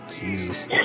Jesus